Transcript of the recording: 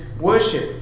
worship